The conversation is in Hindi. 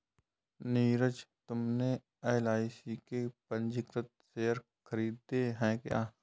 नीरज तुमने एल.आई.सी के पंजीकृत शेयर खरीदे हैं क्या?